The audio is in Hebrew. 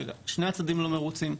ששני הצדדים לא מרוצים,